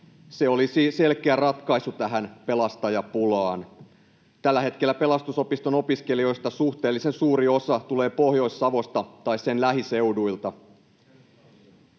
Se olisi selkeä ratkaisu tähän pelastajapulaan. Tällä hetkellä pelastusopiston opiskelijoista suhteellisen suuri osa tulee Pohjois-Savosta tai sen lähiseuduilta.